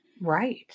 Right